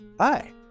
Hi